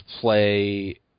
play